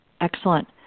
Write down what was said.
Excellent